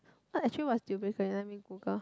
what actually what is deal breaker let me Google